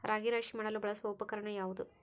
ರಾಗಿ ರಾಶಿ ಮಾಡಲು ಬಳಸುವ ಉಪಕರಣ ಯಾವುದು?